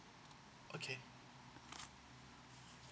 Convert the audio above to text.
okay